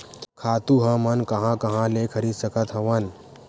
खातु हमन कहां कहा ले खरीद सकत हवन?